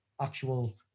actual